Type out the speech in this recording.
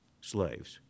slaves